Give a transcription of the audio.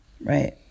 right